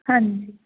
ਹਾਂਜੀ